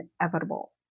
inevitable